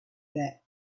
that